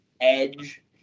edge